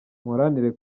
muharanire